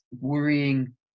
worrying